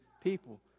people